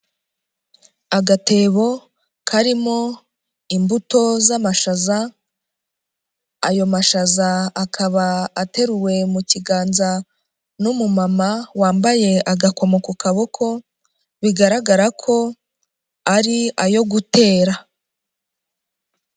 Agatebo karimo imbuto z'amashaza, ayo mashaza akaba ateruwe mu kiganza n'umumama wambaye agakomo ku kaboko, bigaragara ko ari ayo gutera.